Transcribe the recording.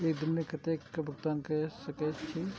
एक दिन में कतेक तक भुगतान कै सके छी